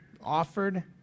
offered